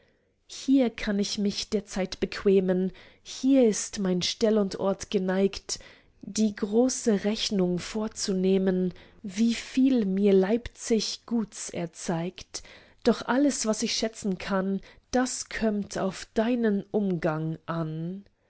hier kann ich mich der zeit bequemen hier ist mir stell und ort geneigt die große rechnung vorzunehmen wie viel mir leipzig guts erzeigt doch alles was ich schätzen kann das kömmt auf deinen umgang an